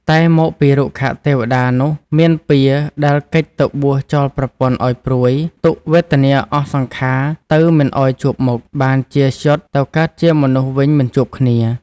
តែមកពីរុក្ខទេវតានោះមានពៀរដែលគេចទៅបួសចោលប្រពន្ធឱ្យព្រួយ ទុក្ខវេទនាអស់សង្ខារទៅមិនឱ្យជួបមុខ បានជាច្យុតទៅកើតជាមនុស្សវិញមិនជួបគ្នា ។